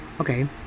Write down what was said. Okay